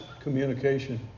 communication